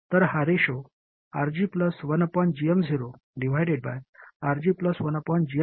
तर हा ratio RG 1gm0RG 1gm0 Rs आहे